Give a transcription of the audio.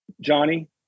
Johnny